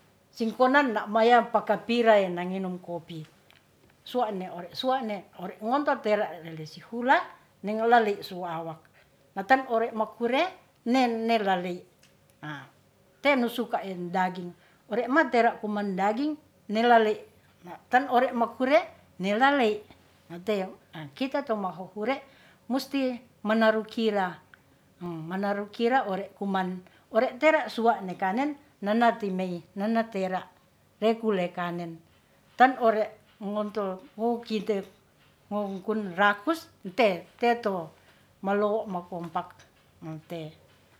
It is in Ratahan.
Si' konan na maya pakapiraen na nginum kopi, suwa'ne ore suwa'ne ore ngonto tera lele isi hula nengo lali suwawak natan ore makure nen nelali. Tenu suka en daging ore ma' tera kuman daging ne lali na; tan ore makure ne lali natey, na kita to mahohure musti menaru kira, menaru kira ore kuman, ore tera suwa'ne kanen nanati mey nana tera rekule kanen tan ore ngonto ngu kite ngunkun rakus nte te to, malo makompak nte